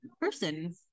person